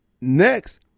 next